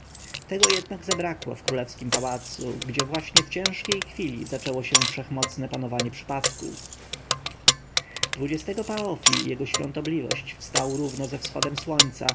tego jednak zabrakło w królewskim pałacu gdzie właśnie w ciężkiej chwili zaczęło się wszechmocne panowanie przypadku dwudziestego paf jego świątobliwość wstał równo ze wschodem słońca